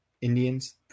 Indians